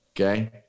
okay